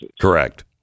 correct